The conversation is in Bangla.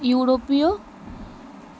ইউরোপীয়